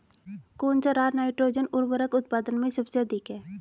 कौन सा राज नाइट्रोजन उर्वरक उत्पादन में सबसे अधिक है?